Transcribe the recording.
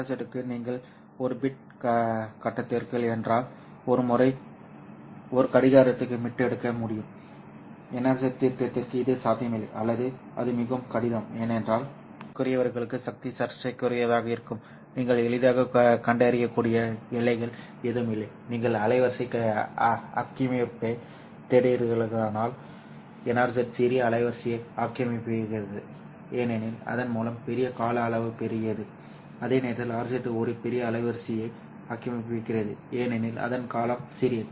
ஆகவே RZ க்கு நீங்கள் ஒரு பிட் கடத்துகிறீர்கள் என்றால் ஒரு முறை ஒரு கடிகாரத்தை மீட்டெடுக்க முடியும் NRZ திட்டத்திற்கு இது சாத்தியமில்லை அல்லது அது மிகவும் கடினம் ஏனென்றால் சர்ச்சைக்குரியவர்களுக்கு சக்தி சர்ச்சைக்குரியதாக இருக்கும் நீங்கள் எளிதாகக் கண்டறியக்கூடிய எல்லைகள் எதுவும் இல்லை நீங்கள் அலைவரிசை ஆக்கிரமிப்பைத் தேடுகிறீர்களானால் NRZ சிறிய அலைவரிசையை ஆக்கிரமிக்கிறது ஏனெனில் அதன் காலம் பெரிய கால அளவு பெரியது அதே நேரத்தில் RZ ஒரு பெரிய அலைவரிசையை ஆக்கிரமிக்கிறது ஏனெனில் அதன் காலம் சிறியது